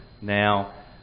Now